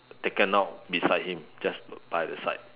taken out beside him just by the side